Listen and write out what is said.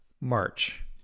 March